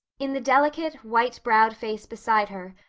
in the delicate, white-browed face beside her,